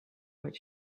what